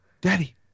Daddy